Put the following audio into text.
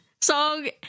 song